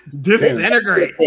disintegrate